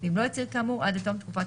ואם לא הצהיר כאמור עד לתום תקופת